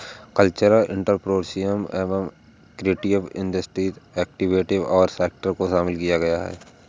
cultural entrepreneurship में creative industry activities और sector को शामिल किया गया है